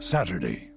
Saturday